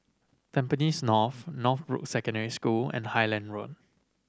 Tampines North Northbrooks Secondary School and Highland Road